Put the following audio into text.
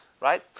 Right